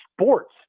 sports